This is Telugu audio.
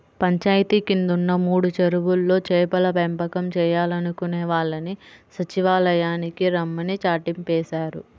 పంచాయితీ కిందున్న మూడు చెరువుల్లో చేపల పెంపకం చేయాలనుకునే వాళ్ళని సచ్చివాలయానికి రమ్మని చాటింపేశారు